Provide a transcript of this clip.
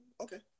Okay